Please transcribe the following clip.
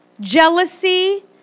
jealousy